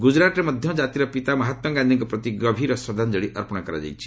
ଗୁକ୍ତୁରାଟରେ ମଧ୍ୟ ଜାତିର ପିତା ମହାତ୍ମାଗାନ୍ଧୀଙ୍କ ପ୍ରତି ଗଭୀର ଶ୍ରଦ୍ଧାଞ୍ଜଳି ଅର୍ପଣ କରାଯାଇଛି